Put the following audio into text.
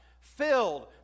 ...filled